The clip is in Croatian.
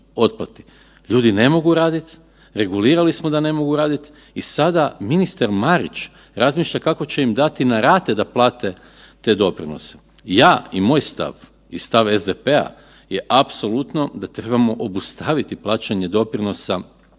Ljudi ne mogu raditi, regulirali smo da ne mogu raditi i sada ministar Marić razmišlja kako ćemo im dati na rate da plate te doprinose. Ja i moj stav i stav SDP-a je apsolutno da trebamo obustaviti plaćanje doprinosa i